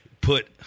put